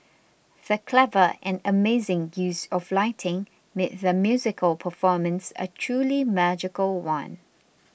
the clever and amazing use of lighting made the musical performance a truly magical one